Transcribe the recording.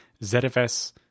ZFS